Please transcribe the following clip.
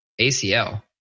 ACL